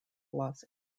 los